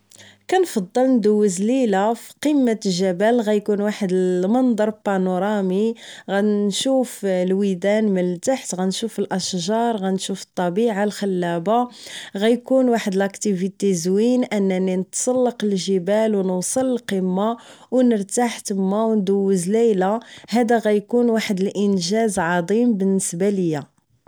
كنفضل ندوز ليلة فقمة جبل غيكون واحد المنضر بنورامي غنشوف الويدان من لتحت غنشوف الاشجار غنشوف الطبيعة الخلابة غيكون واحد لاكتيفيتي زوين انني نتسلق الجبال و نوصل القمة ونرتاح و ندوز ليلة هذا غيكون وا حد انجاز عظيم بالنسبة ليا